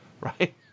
right